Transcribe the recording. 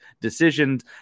decisions